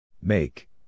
Make